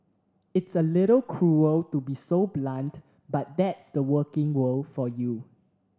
it's a little cruel to be so blunt but that's the working world for you